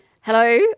Hello